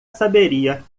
saberia